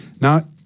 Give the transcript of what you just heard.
Now